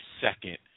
second